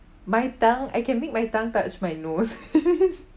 my tongue I can make my tongue touch my nose